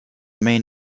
main